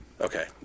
okay